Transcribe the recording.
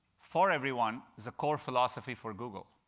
for everyone is a core philosophy for google.